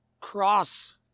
cross